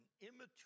immature